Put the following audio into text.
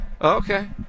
Okay